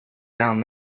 down